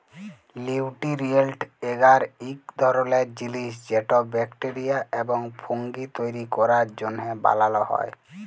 লিউটিরিয়েল্ট এগার ইক ধরলের জিলিস যেট ব্যাকটেরিয়া এবং ফুঙ্গি তৈরি ক্যরার জ্যনহে বালাল হ্যয়